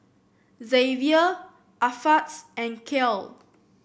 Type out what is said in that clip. Xzavier Alpheus and Kyle